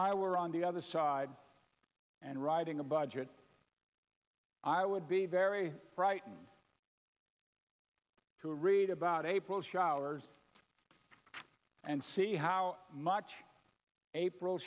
i were on the other side and writing a budget i would be very frightened to read about april showers and see how much april